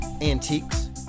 antiques